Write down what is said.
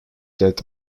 that